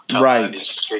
Right